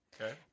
Okay